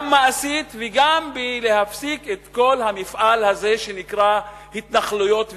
גם מעשית וגם בהפסקת כל המפעל הזה שנקרא התנחלויות וכיבוש,